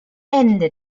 ende